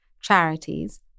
charities